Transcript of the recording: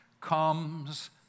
comes